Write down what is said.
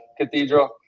cathedral